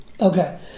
Okay